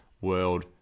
world